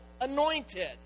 Anointed